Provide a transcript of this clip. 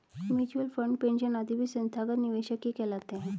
mutual fund, pension आदि भी संस्थागत निवेशक ही कहलाते हैं